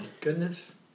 goodness